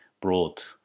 brought